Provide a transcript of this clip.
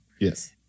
yes